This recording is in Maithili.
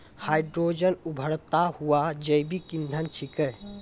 हाइड्रोजन उभरता हुआ जैविक इंधन छिकै